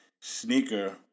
sneaker